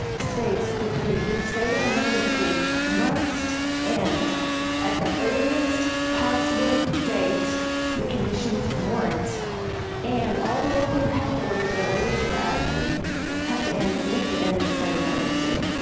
states that the the state of emergency must end at the earliest possible date the conditions warrant and all local health orders related to that have to end with the end of the state of emergency.